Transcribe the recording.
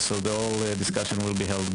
כך שכל השיחה תיערך